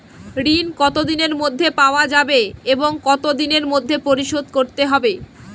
ঋণ কতদিনের মধ্যে পাওয়া যাবে এবং কত দিনের মধ্যে পরিশোধ করতে হবে?